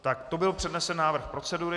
Takto byl přednesen návrh procedury.